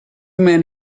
men